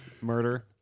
murder